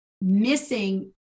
missing